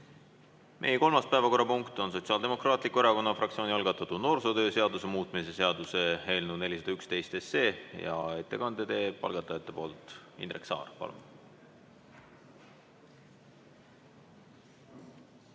Meie kolmas päevakorrapunkt on Sotsiaaldemokraatliku Erakonna fraktsiooni algatatud noorsootöö seaduse muutmise seaduse eelnõu 411. Ettekande teeb algatajate poolt Indrek Saar.